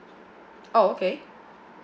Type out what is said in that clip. oh okay